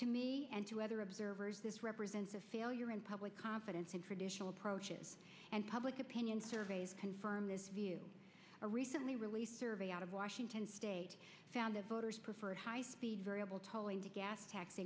to me and to other observers this represents a failure in public confidence in traditional approaches and public opinion surveys confirm this view a recently released survey out of washington state found the voters preferred variable tolling to gas tax